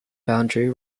boundary